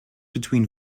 between